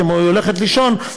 כשהם הולכים לישון,